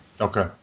okay